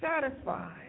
satisfied